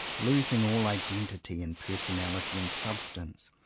losing all identity and personality and substance,